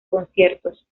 conciertos